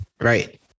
Right